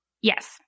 Yes